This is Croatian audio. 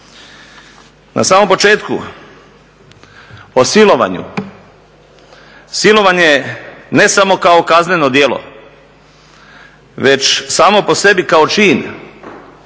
Na samom početku o silovanju, silovanje ne samo kao kazneno djelo već samo po sebi kao čin